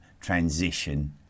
transition